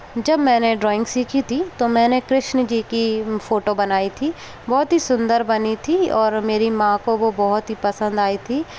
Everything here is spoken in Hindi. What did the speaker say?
जब मैंने ड्राइंग सीखी थी तो मैंने कृष्ण जी की फ़ोटो बनाई थी बहुत ही सुंदर बनी थी और मेरी माँ को वो बहुत ही पसंद आई थी